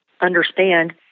understand